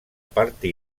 parte